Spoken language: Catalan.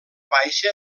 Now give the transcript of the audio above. baixa